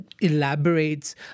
elaborates